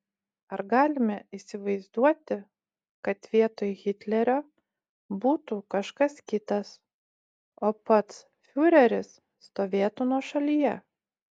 ar galime įsivaizduoti kad vietoj hitlerio būtų kažkas kitas o pats fiureris stovėtų nuošalyje